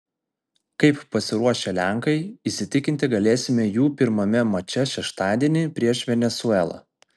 kaip pasiruošę lenkai įsitikinti galėsime jų pirmame mače šeštadienį prieš venesuelą